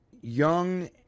young